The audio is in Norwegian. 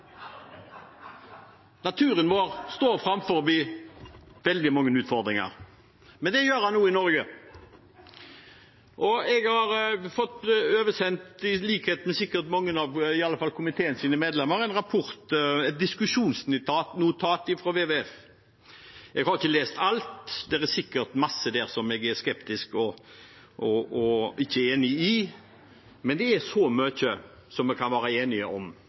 Naturen står foran veldig mange utfordringer, men det gjør den også i Norge. Jeg har fått oversendt, sikkert i likhet med mange av komiteens medlemmer, et diskusjonsnotat fra WWF. Jeg har ikke lest alt. Det er sikkert masse der jeg er skeptisk til og ikke enig i, men det er så mye vi kan være enige om